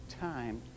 time